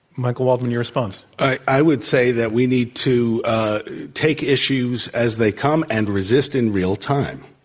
michael waldman, your response? i would say that we need to take issues as they come and resist in real time.